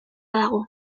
dago